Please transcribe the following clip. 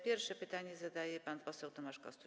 Pierwsze pytanie zadaje pan poseł Tomasz Kostuś.